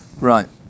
right